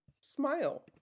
smile